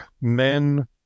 men